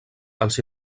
als